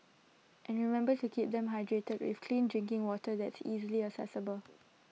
and remember to keep them hydrated with clean drinking water that's easily accessible